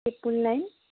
triple nine